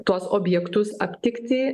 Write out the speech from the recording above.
tuos objektus aptikti